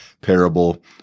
parable